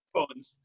Phones